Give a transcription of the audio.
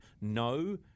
no